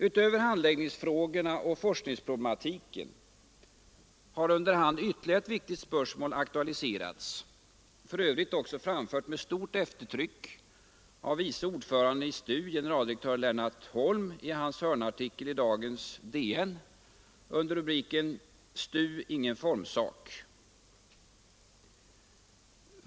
Utöver handläggningsfrågorna och forskningsproblematiken har under hand ytterligare ett viktigt spörsmål aktualiserats — för övrigt också framfört med stort eftertryck av vice ordföranden i STU, generaldirektör Lennart Holm, i hans hörnartikel i dagens DN under rubriken ”STU — ingen formsak”.